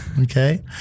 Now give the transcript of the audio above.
Okay